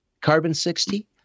carbon-60